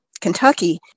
Kentucky